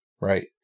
Right